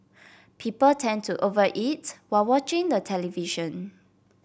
people tend to over eat while watching the television